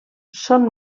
són